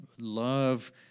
love